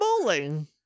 bowling